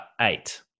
eight